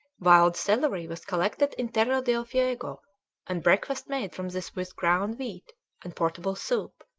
wild celery was collected in terra del fuego and breakfast made from this with ground wheat and portable soup.